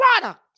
product